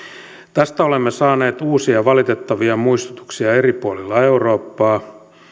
tästä olemme saaneet uusia valitettavia muistutuksia eri puolilla eurooppaa